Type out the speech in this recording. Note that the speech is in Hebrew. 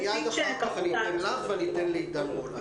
אפשרות למטפלים מתנדבים להגיע לבתים,